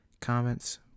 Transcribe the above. Comments